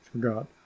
forgot